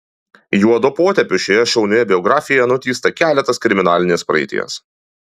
juodu potėpiu šioje šaunioje biografijoje nutįsta keletas kriminalinės praeities